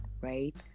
right